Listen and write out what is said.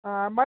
ಹಾಂ ಮ